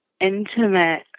intimate